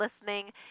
listening